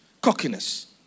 Cockiness